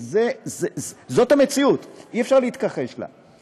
זאת המציאות, אי-אפשר להתכחש לה.